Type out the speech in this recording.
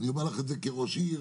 אני אומר לך את זה כראש עיר,